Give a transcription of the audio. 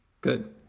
Good